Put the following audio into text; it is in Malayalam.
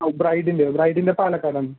ബ്രൈഡിൻ്റെയോ ബ്രൈഡിൻ്റെ പാലക്കാട് ആണ്